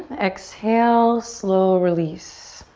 exhale, slow release.